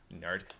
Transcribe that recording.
Nerd